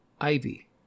Ivy